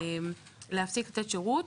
להפסיק לתת שירות,